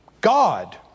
God